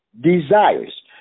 desires